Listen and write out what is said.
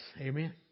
Amen